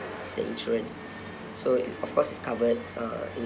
the insurance so of course it's covered uh in